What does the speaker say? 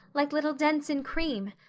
like little dents in cream.